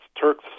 Turks